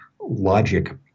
logic